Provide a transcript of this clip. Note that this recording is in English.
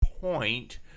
point